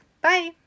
Bye